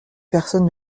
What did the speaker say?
personne